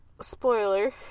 Spoiler